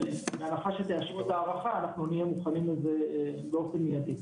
זאת רק בהנחה שאתם תאשרו את ההארכה אנחנו נהיה מוכנים לזה באופן מיידי.